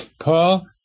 Paul